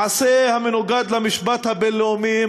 מעשה המנוגד למשפט הבין-לאומי,